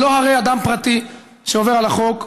ולא כאדם פרטי שעובר על החוק,